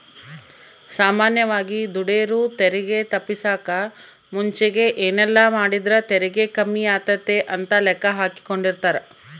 ಸಾಮಾನ್ಯವಾಗಿ ದುಡೆರು ತೆರಿಗೆ ತಪ್ಪಿಸಕ ಮುಂಚೆಗೆ ಏನೆಲ್ಲಾಮಾಡಿದ್ರ ತೆರಿಗೆ ಕಮ್ಮಿಯಾತತೆ ಅಂತ ಲೆಕ್ಕಾಹಾಕೆಂಡಿರ್ತಾರ